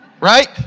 Right